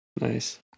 nice